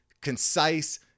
concise